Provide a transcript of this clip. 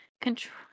control